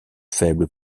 faibles